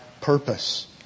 purpose